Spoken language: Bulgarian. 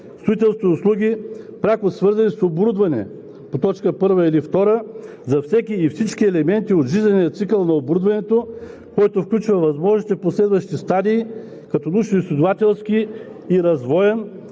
строителство и услуги, пряко свързани с оборудване по т. 1 или 2, за всеки и всички елементи от жизнения цикъл на оборудването, който включва възможните последващи стадии, като научноизследователски и развоен,